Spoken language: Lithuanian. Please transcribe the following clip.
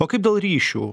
o kaip dėl ryšių